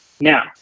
Now